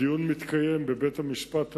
הדיון מתקיים בבית-המשפט העליון.